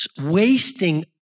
wasting